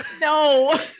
No